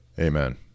amen